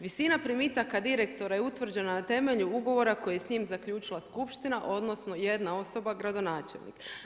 Visina primitaka direktora je utvrđena na temelju ugovora koji je s njim zaključila skupština, odnosno jedna osoba gradonačelnik.